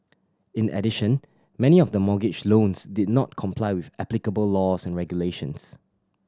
in addition many of the mortgage loans did not comply with applicable laws and regulations